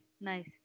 nice